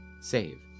save